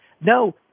No